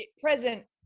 present